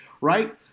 right